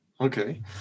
okay